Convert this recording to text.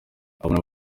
abona